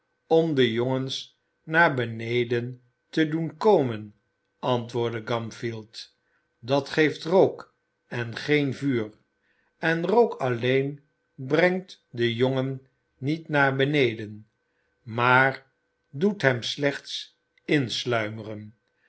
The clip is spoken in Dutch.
om de jongens naar beneden te doen komen antwoordde oamfield dat geeft rook en geen vuur en rook alleen brengt den jongen niet naar beneden maar doet hem slechts insluimeren